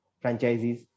franchises